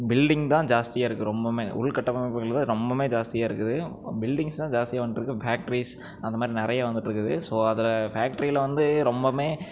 building தான் ஜாஸ்தியாக இருக்குது ரொம்பவுமே உள் கட்டமைப்புகள் தான் ரொம்பவுமே ஜாஸ்தியாக இருக்குது பில்டிங்ஸ் தான் ஜாஸ்தியாக வந்திட்ருக்கு ஃபேக்ட்ரிஸ் அந்த மாதிரி நிறையா வந்துட்டு இருக்குது ஸோ அதில் ஃபேக்ட்ரியில் வந்து ரொம்பவுமே